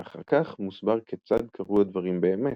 ואחר כך מוסבר כיצד קרו הדברים באמת,